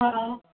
हा